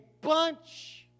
bunch